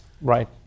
Right